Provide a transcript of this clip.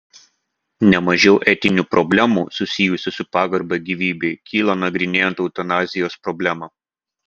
ne mažiau etinių problemų susijusių su pagarba gyvybei kyla nagrinėjant eutanazijos problemą